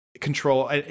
control